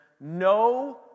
no